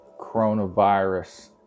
coronavirus